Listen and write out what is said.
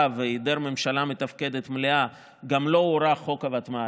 והיעדר ממשלה מתפקדת מלאה גם לא הוארך חוק הוותמ"ל,